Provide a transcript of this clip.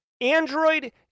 Android